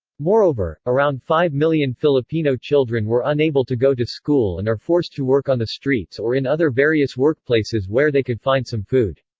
moreover, around five million filipino filipino children were unable to go to school and are forced to work on the streets or in other various workplaces where they could find some food.